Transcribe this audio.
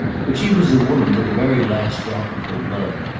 but she was a woman to the very last drop of her blood.